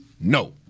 No